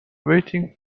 waiting